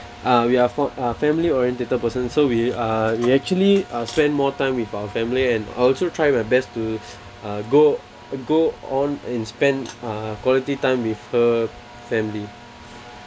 uh we are for a family orientated person so we are we actually spend more time with our family and also try my best to uh go go all and spend quality time with her family